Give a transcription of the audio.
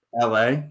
LA